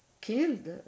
killed